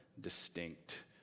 distinct